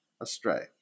astray